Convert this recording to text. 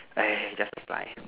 eh just reply